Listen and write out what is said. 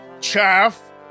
Chaff